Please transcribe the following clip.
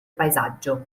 paesaggio